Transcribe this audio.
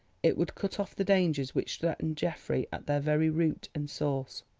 it would cut off the dangers which threatened geoffrey at their very root and source.